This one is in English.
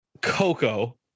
Coco